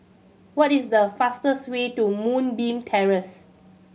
what is the fastest way to Moonbeam Terrace